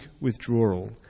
withdrawal